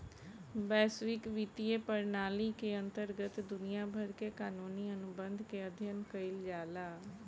बैसविक बित्तीय प्रनाली के अंतरगत दुनिया भर के कानूनी अनुबंध के अध्ययन कईल जाला